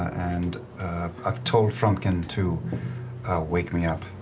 and i've told frumpkin to wake me up